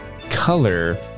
color